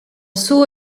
suo